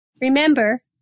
Remember